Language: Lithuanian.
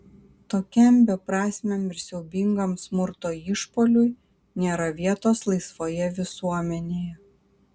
tokiam beprasmiam ir siaubingam smurto išpuoliui nėra vietos laisvoje visuomenėje